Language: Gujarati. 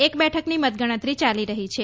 એક બેઠકની મતગણતર ચાલી રહી છે